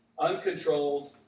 Uncontrolled